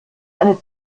eine